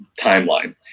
timeline